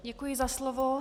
Děkuji za slovo.